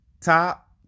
top